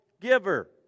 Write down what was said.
giver